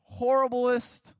horriblest